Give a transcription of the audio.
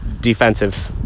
defensive